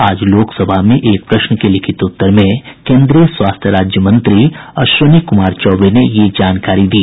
आज लोकसभा में एक प्रश्न के लिखित उत्तर में केन्द्रीय स्वास्थ्य राज्य मंत्री अश्विनी कुमार चौबे ने यह जानकारी दी